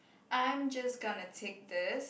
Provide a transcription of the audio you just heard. I'm just gonna take this